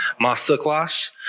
Masterclass